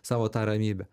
savo tą ramybę